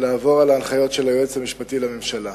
לעבור על ההנחיות של היועץ המשפטי לממשלה.